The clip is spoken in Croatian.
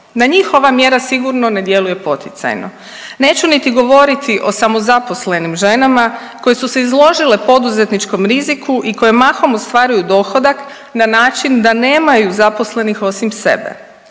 na njih ova mjera sigurno ne djeluje poticajno. Neću niti govoriti o samozaposlenim ženama koje su se izložile poduzetničkom riziku i koje mahom ostvaruju dohodak na način da nemaju zaposlenih osim sebe.